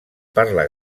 parla